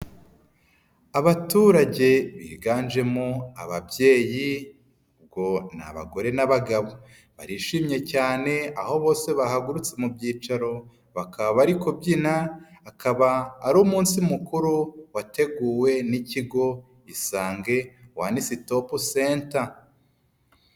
Abaturage biganjemo ababyeyi ngo ni abagore n'abagabo, barishimye cyane aho bose bahagurutse mu byicaro bakaba bari kubyina, akaba ari umunsi mukuru wateguwe n'ikigo Isange one stop center.